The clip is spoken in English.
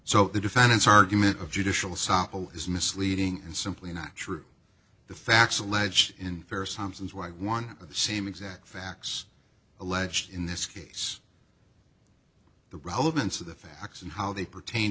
so the defendant's argument of judicial sample is misleading and simply not true the facts alleged in various times and why one of the same exact facts alleged in this case the relevance of the facts and how they pertain